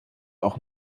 auch